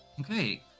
okay